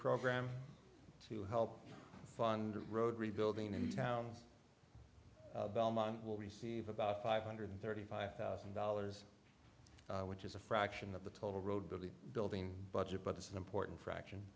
program to help fund road rebuilding in towns belmont will receive about five hundred thirty five thousand dollars which is a fraction of the total road belief building budget but it's an important fraction